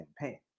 campaign